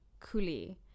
coolie